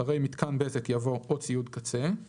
אחרי "מיתקן בזק" יבוא "או ציוד קצה";